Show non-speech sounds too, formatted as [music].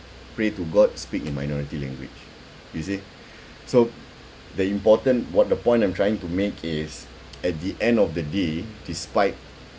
pray to god speak in minority language you see [breath] so the important what the point I'm trying to make is at the end of the day despite